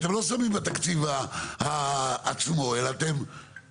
אתם לא שמים את התקציב עצמו אלא התחייבויות